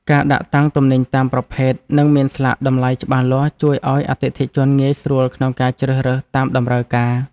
ការដាក់តាំងទំនិញតាមប្រភេទ និងមានស្លាកតម្លៃច្បាស់លាស់ជួយឱ្យអតិថិជនងាយស្រួលក្នុងការជ្រើសរើសតាមតម្រូវការ។